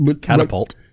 Catapult